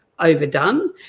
overdone